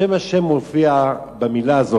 שם השם מופיע במלה הזו,